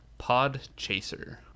Podchaser